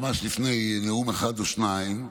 ממש לפני נאום אחד או שניים,